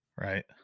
Right